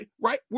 Right